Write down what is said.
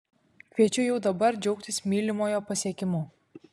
kviečiu jau dabar džiaugtis mylimojo pasiekimu